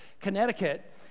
Connecticut